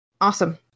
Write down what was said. awesome